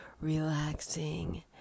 relaxing